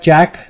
Jack